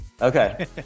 Okay